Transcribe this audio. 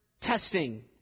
testing